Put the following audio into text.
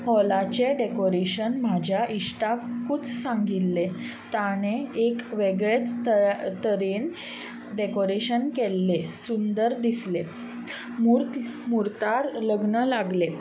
हॉलाचें decoration म्हज्या इश्टाकूच सांगिल्लें ताणें एक वेगळेच त तरेन डॅकोरेशन केल्लें सुंदर दिसलें मूर्त मुर्तार लग्न लागलें